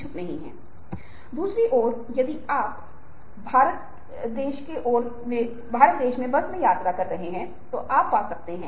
अब यह सब कहते हुए चलिए अनुनय की एक काम परिभाषा को लेने की कोशिश करे